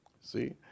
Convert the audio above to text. See